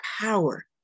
power